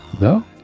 No